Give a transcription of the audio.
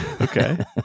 Okay